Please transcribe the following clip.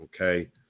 okay